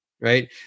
right